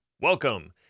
Welcome